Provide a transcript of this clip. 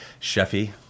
Sheffy